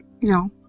No